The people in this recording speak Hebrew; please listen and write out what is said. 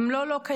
הן לא לא-קיימות,